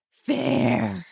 fair